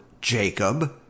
Jacob